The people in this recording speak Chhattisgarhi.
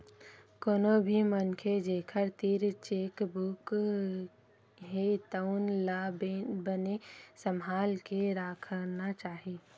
कोनो भी मनखे जेखर तीर चेकबूक हे तउन ला बने सम्हाल के राखना चाही